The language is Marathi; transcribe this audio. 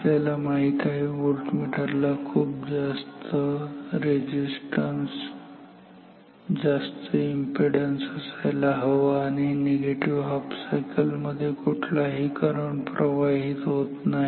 आपल्याला माहित आहे व्होल्टमीटर ला खूप जास्त रेझिस्टन्स जास्त इंपेडन्स असायला हवा आणि निगेटिव्ह सायकल मध्ये कुठलाही करंट प्रवाहित होत नाही